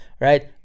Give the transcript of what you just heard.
right